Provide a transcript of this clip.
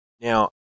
Now